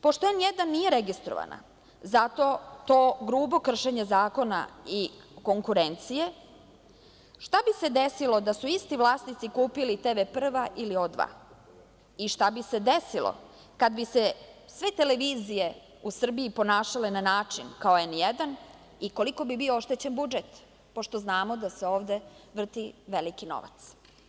Pošto je N1 nije registrovana, zato to grubo kršenje zakona i konkurencije, šta bi se desilo da su isti vlasnici kupili TV Prva ili O2 i šta bi se desilo kad bi se sve televizije u Srbiji ponašale na način kao N1 i koliko bi bio oštećen budžet, pošto znamo da se ovde vrti veliki novac?